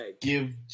give